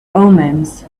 omens